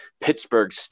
Pittsburgh